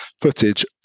footage